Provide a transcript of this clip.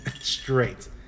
straight